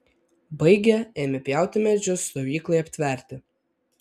baigę ėmė pjauti medžius stovyklai aptverti